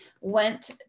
went